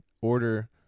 order